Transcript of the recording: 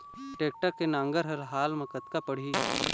Tractor के नांगर हर हाल मा कतका पड़िही?